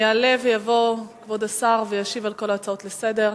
יעלה ויבוא כבוד השר וישיב על כל ההצעות לסדר-היום.